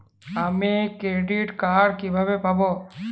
আমি credit card কিভাবে পাবো?